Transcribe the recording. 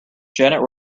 janet